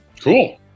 Cool